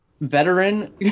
veteran